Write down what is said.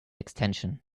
extension